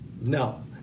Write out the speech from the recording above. No